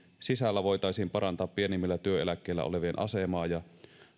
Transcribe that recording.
sisällä voitaisiin parantaa pienimmillä työeläkkeillä olevien asemaa ja